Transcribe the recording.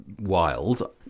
wild